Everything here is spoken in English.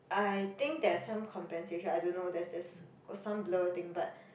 I think there's some compensation I don't know there's just some got some blur thing but